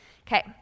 Okay